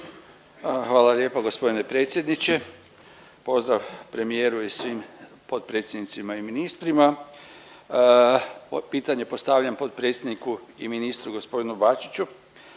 Hvala lijepo g. predsjedniče. Pozdrav premijeru i svim potpredsjednicima i ministrima. Moje pitanje postavljam potpredsjedniku i ministru g. Bačiću.